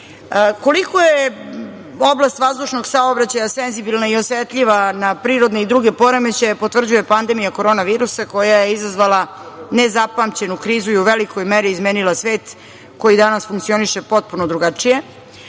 EU.Koliko je oblast vazdušnog saobraćaja senzibilna i osetljiva stvar na prirodne i druge poremećaje potvrđuje pandemija korona virusa koja je izazvala nezapamćenu krizu i u velikoj meri izmenila svet koji danas funkcioniše potpuno drugačije.